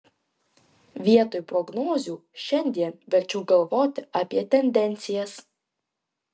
vietoj prognozių šiandien verčiau galvoti apie tendencijas